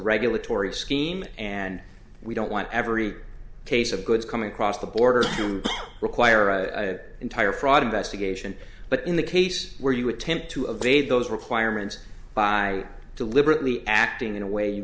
regulatory scheme and we don't want every case of goods coming across the border to require a entire fraud investigation but in the case where you attempt to evade those requirements by deliberately acting in a way you